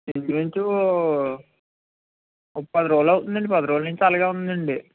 ఇంచుమించు ఒక పది రోజులు అవుతుదండి పది రోజుల నుంచి అలాగే ఉందండి